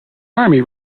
army